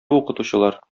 укытучылар